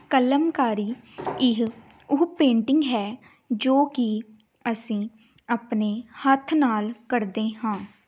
ਕਲਮਕਾਰੀ ਇਹ ਉਹ ਪੇਂਟਿੰਗ ਹੈ ਜੋ ਕਿ ਅਸੀਂ ਆਪਣੇ ਹੱਥ ਨਾਲ ਘੜਦੇ ਹਾਂ